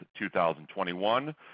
2021